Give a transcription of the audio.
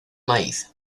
maíz